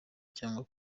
cyangwa